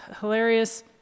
hilarious